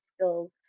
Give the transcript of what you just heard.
skills